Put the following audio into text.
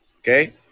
Okay